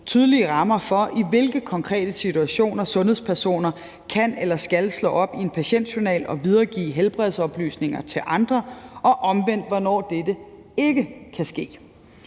tydelige rammer for, i hvilke konkrete situationer sundhedspersoner kan eller skal slå op i en patientjournal og videregive helbredsoplysninger til andre, og omvendt hvornår dette ikke kan ske.